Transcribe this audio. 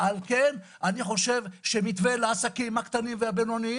אני חושב שיש לייסד מתווה לעסקים הקטנים העסקים והבינוניים